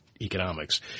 economics